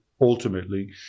ultimately